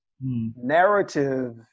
narrative